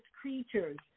creatures